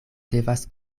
devas